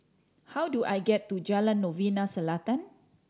how do I get to Jalan Novena Selatan